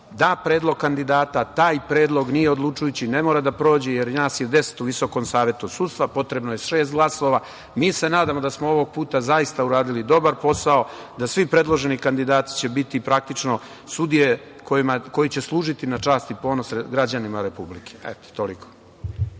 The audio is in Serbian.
da predlog kandidata, taj predlog nije odlučujući, ne mora da prođe, jer nas je deset u Visokom savetu sudstva, potrebno je šest glasova. Mi se nadamo da smo ovog puta zaista uradili dobar posao, da svi predloženi kandidati će biti praktično sudije koji će služiti na čast i ponos građanima Republike. Toliko.